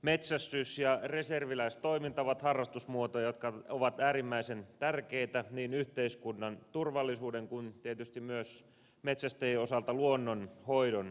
metsästys ja reserviläistoiminta ovat harrastusmuotoja jotka ovat äärimmäisen tärkeitä niin yhteiskunnan turvallisuuden kannalta kuin tietysti myös metsästäjien osalta luonnon hoidon kannalta